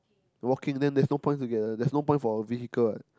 walking then there's no point together there's no point for vehicle